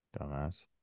Dumbass